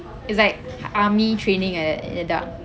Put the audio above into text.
it's like army training like that in the dark